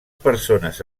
persones